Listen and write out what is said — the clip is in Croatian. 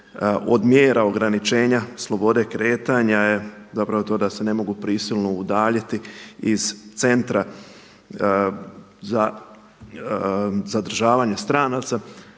od mjera ograničenja slobode kretanja, zapravo to je da se ne mogu prisilno udaljiti iz centra za zadržavanje stranaca.